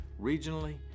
regionally